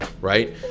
right